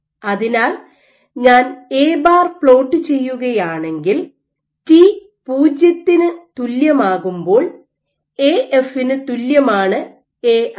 അതിനാൽ ഞാൻ A̅ plot ചെയ്യുകയാണെങ്കിൽ ടി 0 ന് തുല്യമാകുമ്പോൾ എ ഫ് ന് തുല്യമാണ് എ ഐ